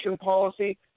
Policy